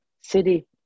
city